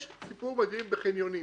יש סיפור מדהים בחניונים.